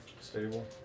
stable